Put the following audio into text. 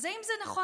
אז האם זה נכון?